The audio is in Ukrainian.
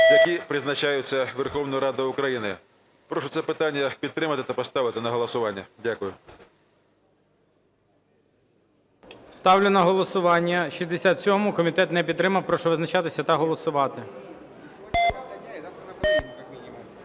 які призначаються Верховною Радою України. Прошу це питання підтримати та поставити на голосування. Дякую. ГОЛОВУЮЧИЙ. Ставлю на голосування 67-у. Комітет не підтримав. Прошу визначатися та голосувати.